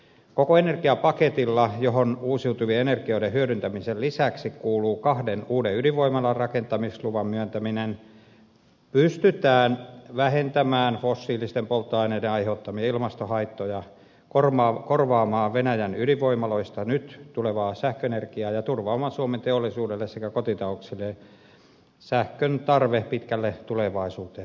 koko energiapaketilla johon uusiutuvien energioiden hyödyntämisen lisäksi kuuluu kahden uuden ydinvoimalan rakentamisluvan myöntäminen pystytään vähentämään fossiilisten polttoaineiden aiheuttamia ilmastohaittoja korvaamaan venäjän ydinvoimaloista nyt tulevaa sähköenergiaa ja turvaamaan suomen teollisuudelle sekä kotitalouksille sähkön tarve pitkälle tulevaisuuteen